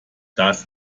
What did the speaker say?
das